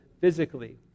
physically